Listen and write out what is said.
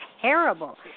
terrible